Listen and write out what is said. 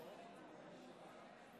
תוצאות ההצבעה על הצעת סיעת הליכוד להביע אי-אמון